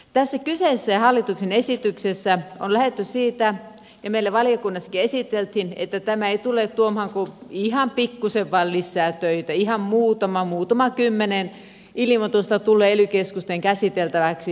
tässä kyseisessä hallituksen esityksessä on lähdetty siitä ja meille valiokunnassakin esiteltiin että tämä ei tule tuomaan kuin ihan pikkusen vain lisää töitä ihan muutama muutama kymmenen ilmoitusta tulee ely keskusten käsiteltäväksi